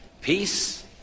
peace